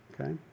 okay